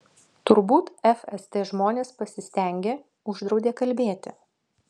turbūt fst žmonės pasistengė uždraudė kalbėti